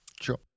Sure